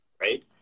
Right